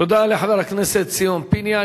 תודה לחבר הכנסת ציון פיניאן.